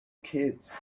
kids